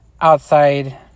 outside